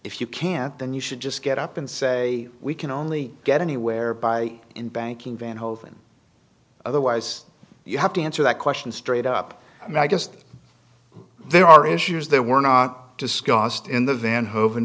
if you can't then you should just get up and say we can only get anywhere by in banking vann whole thing otherwise you have to answer that question straight up and i guess there are issues there were not discussed in the van ho